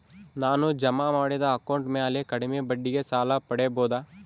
ನಾನು ಜಮಾ ಮಾಡಿದ ಅಕೌಂಟ್ ಮ್ಯಾಲೆ ಕಡಿಮೆ ಬಡ್ಡಿಗೆ ಸಾಲ ಪಡೇಬೋದಾ?